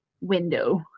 window